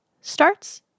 starts